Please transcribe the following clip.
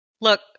Look